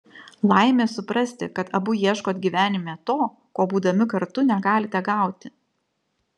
laimė suprasti kad abu ieškot gyvenime to ko būdami kartu negalite gauti